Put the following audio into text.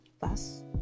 bus